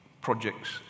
projects